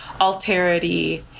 Alterity